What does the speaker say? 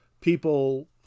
people